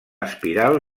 espiral